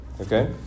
okay